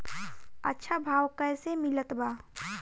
अच्छा भाव कैसे मिलत बा?